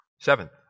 Seventh